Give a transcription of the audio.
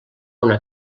una